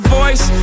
voice